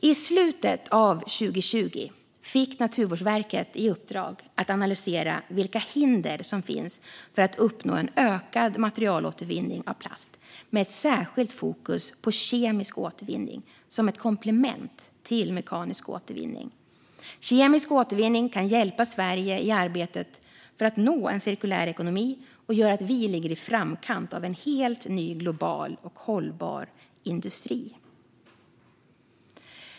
I slutet av 2020 fick Naturvårdsverket i uppdrag att analysera vilka hinder som finns för att uppnå en ökad materialåtervinning av plast med ett särskilt fokus på kemisk återvinning som ett komplement till mekanisk återvinning. Kemisk återvinning kan hjälpa Sverige i arbetet för att nå en cirkulär ekonomi och göra att vi ligger i framkant för en helt ny global och hållbar industri.